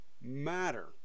matter